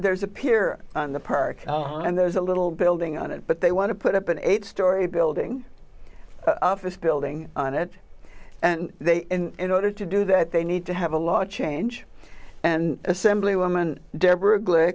to appear on the park and there's a little building on it but they want to put up an eight story building office building on it and they in order to do that they need to have a lot change and assemblywoman deborah gl